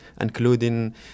including